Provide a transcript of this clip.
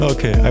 Okay